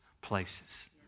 places